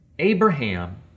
Abraham